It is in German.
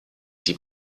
die